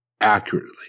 accurately